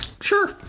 Sure